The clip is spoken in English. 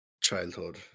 childhood